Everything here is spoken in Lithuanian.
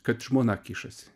kad žmona kišasi